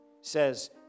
says